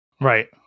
Right